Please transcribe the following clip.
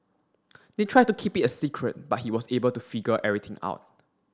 they tried to keep it a secret but he was able to figure everything out